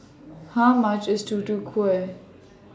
How much IS Tutu Kueh